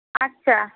আচ্ছা